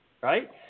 Right